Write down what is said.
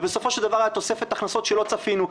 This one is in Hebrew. בסופו של דבר, היה תוספת הכנסות שלא צפינו.